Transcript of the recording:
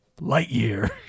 Lightyear